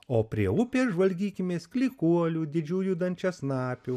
o prie upės žvalgykimės klykuolių didžiųjų dančiasnapių